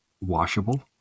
washable